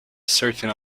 certain